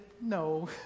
no